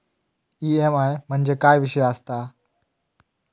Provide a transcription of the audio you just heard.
EMI म्हणजे काय विषय आसता?